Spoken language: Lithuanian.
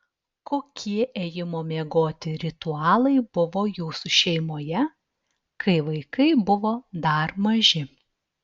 kokie ėjimo miegoti ritualai buvo jūsų šeimoje kai vaikai buvo dar maži